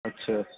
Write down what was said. اچھا